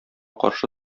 каршы